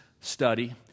study